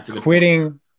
Quitting